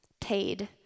paid